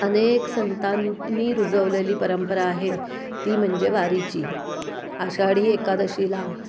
अनेक संतांनी रुजवलेली परंपरा आहे ती म्हणजे वारीची आषाढी एकादशीला